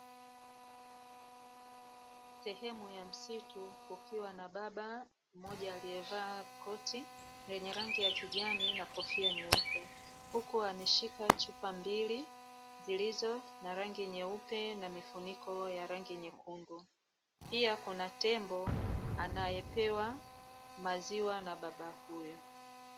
Sehemu ya msitu kukiwa na baba mmoja aliyevaa koti lenye rangi ya kijani na kofia nyeupe. Huku ameshika chupa mbili zilizo na rangi nyeupe na mifuniko ya rangi nyekundu. Pia kuna tembo anayepewa maziwa na baba huyo.